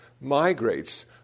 migrates